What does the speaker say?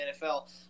NFL